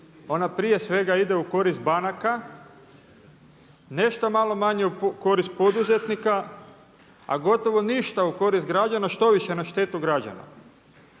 ona prije svega ide u korist banaka, nešto malo manje u korist poduzetnika a gotovo ništa u korist građana štoviše na štetu građana.